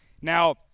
Now